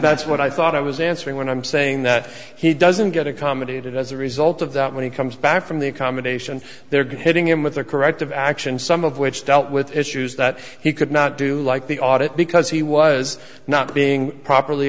that's what i thought i was answering when i'm saying that he doesn't get accommodated as a result of that when he comes back from the accommodation they're getting in with their corrective action some of which dealt with issues that he could not do like the audit because he was not being properly